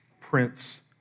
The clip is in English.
Prince